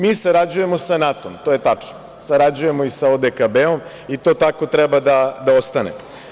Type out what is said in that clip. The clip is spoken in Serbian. Mi sarađujemo sa NATO, to je tačno, sarađujemo i sa ODKB i to tako treba da ostane.